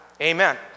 Amen